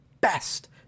best